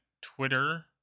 twitter